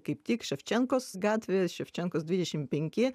kaip tik ševčenkos gatvėje ševčenkos dvidešim penki